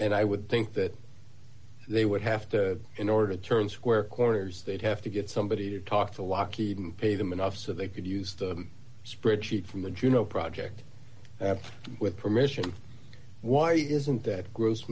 and i would think that they would have to in order to turn square corners they'd have to get somebody to talk to lockheed and pay them enough so they could use the spreadsheet from the juneau project with permission why isn't that gross